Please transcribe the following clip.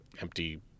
empty